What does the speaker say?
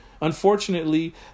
unfortunately